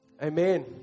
Amen